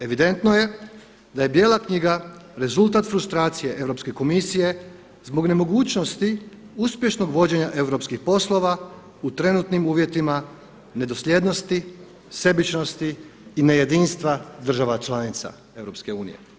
Evidentno je da je Bijela knjiga rezultat frustracije Europske komisije zbog nemogućnosti uspješnog vođenja europskih poslova u trenutnim uvjetima nedosljednosti, sebičnosti i nejedinstva država članica EU.